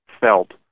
felt